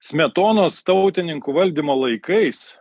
smetonos tautininkų valdymo laikais